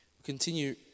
Continue